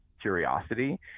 curiosity